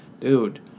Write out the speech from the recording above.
Dude